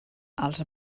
als